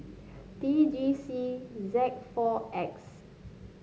T G C Z four X